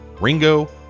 Ringo